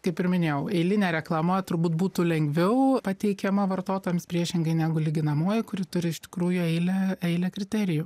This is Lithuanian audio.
kaip ir minėjau eilinė reklama turbūt būtų lengviau pateikiama vartotojams priešingai negu lyginamoji kuri turi iš tikrųjų eilę eilę kriterijų